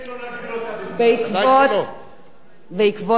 בעקבות אותה פנייה והרעיון לשינוי החוק,